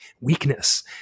weakness